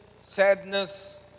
sadness